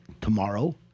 tomorrow